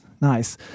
Nice